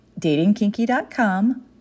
Datingkinky.com